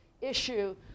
issue